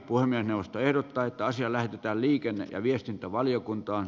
puhemiesneuvosto ehdottaa että asia lähetetään liikenne ja viestintävaliokuntaan